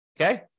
Okay